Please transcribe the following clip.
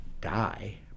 die